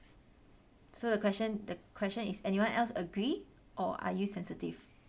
so the question the question is anyone else agree or are you sensitive